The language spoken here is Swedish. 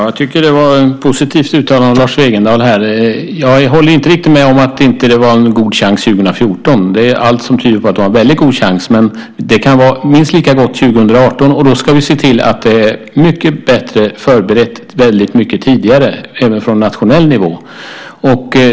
Fru talman! Det var ett positivt uttalande av Lars Wegendal. Jag håller inte riktigt med om att det inte var en god chans att få spelen 2014. Allt tyder på att det var en väldigt god chans, men den kan vara minst lika god för 2018. Vi ska se till att det är väldigt mycket bättre förberett väldigt mycket tidigare, även på nationell nivå.